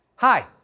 Hi